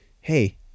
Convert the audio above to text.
hey